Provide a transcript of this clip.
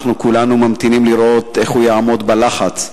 כולנו ממתינים לראות איך הוא יעמוד בלחץ.